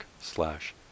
slash